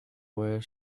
were